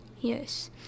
Yes